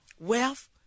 wealth